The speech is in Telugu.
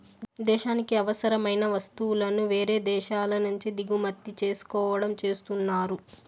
దేశానికి అవసరమైన వస్తువులను వేరే దేశాల నుంచి దిగుమతి చేసుకోవడం చేస్తున్నారు